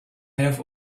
have